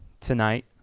tonight